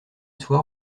soir